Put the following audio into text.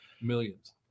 millions